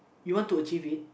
you want to achieve it